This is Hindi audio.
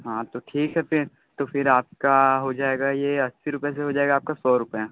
हाँ तो ठीक है फिर तो आपका हो जाएगा ये अस्सी रुपये से हो जाएगा सौ रुपये